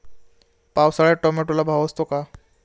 पावसाळ्यात टोमॅटोला भाव असतो का?